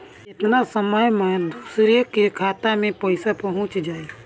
केतना समय मं दूसरे के खाता मे पईसा पहुंच जाई?